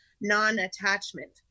non-attachment